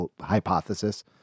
hypothesis